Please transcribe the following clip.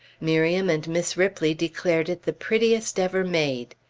miriam and miss ripley declared it the prettiest ever made.